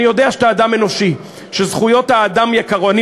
אני יודע שאתה אדם אנושי וזכויות האדם יקרות לך.